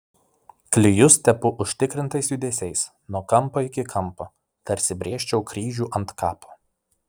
klijus tepu užtikrintais judesiais nuo kampo iki kampo tarsi brėžčiau kryžių ant kapo